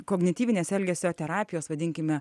kognityvinės elgesio terapijos vadinkime